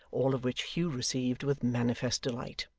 all of which hugh received with manifest delight.